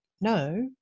no